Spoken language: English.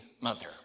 mother